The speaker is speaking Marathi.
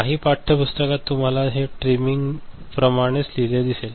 काही पाठ्यपुस्तकात तुम्हाला हे ट्रिमिंग प्रमाणेच लिहिलेले दिसेल